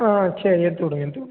ஆ சரி எடுத்து கொடுங்க எடுத்து கொடுங்க